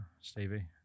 Stevie